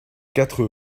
quatres